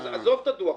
עזוב את הדוח.